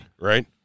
right